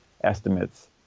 estimates